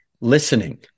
listening